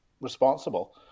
responsible